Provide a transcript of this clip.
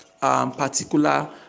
particular